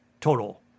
total